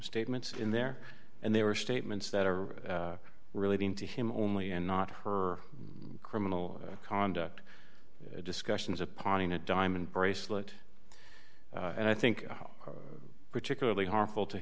statements in there and they were statements that are relating to him only and not her criminal conduct discussions upon a diamond bracelet and i think particularly harmful to